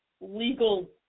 legal